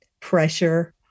pressure